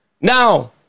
Now